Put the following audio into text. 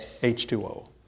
H2O